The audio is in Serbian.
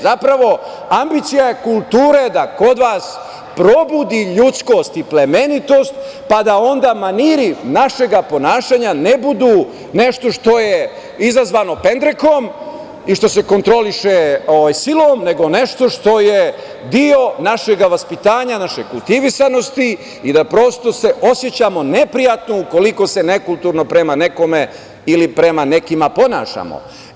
Zapravo, ambicija kulture je da kod vas probudi ljudskost i plemenitost, pa da onda maniri našeg ponašanja ne budu nešto što je izazvano pendrekom i što se kontroliše silom, nego nešto što je deo našeg vaspitanja, naše kultivisanosti i da prosto se osećamo neprijatno ukoliko se nekulturo prema nekome ili prema nekima ponašamo.